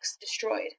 destroyed